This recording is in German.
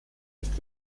ist